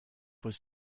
was